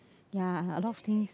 ya a lot of things